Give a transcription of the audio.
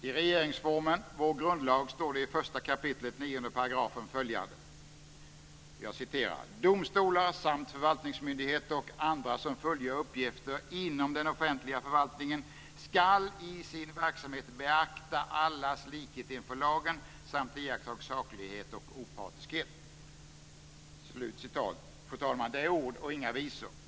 I regeringsformen - vår grundlag "Domstolar samt förvaltningsmyndigheter och andra som fullgör uppgifter inom den offentliga förvaltningen skall i sin verksamhet beakta allas likhet inför lagen samt iaktta saklighet och opartiskhet." Det är ord och inga visor.